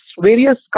various